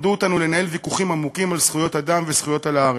למדו אותנו לנהל ויכוחים עמוקים על זכויות אדם וזכויות על הארץ,